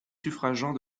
suffragant